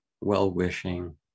well-wishing